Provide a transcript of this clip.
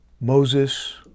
Moses